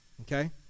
Okay